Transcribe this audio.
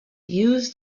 use